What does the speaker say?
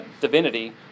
divinity